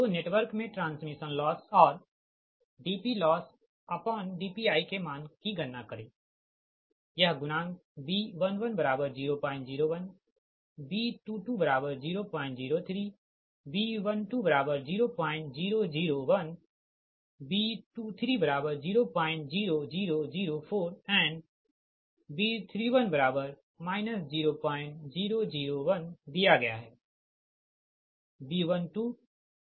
तोनेटवर्क में transmission loss और dPLossdPi के मान की गणना करें यह गुणांक B11001B22003B120001B2300004 and B31 0001 दिया गया है